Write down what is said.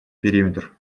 периметр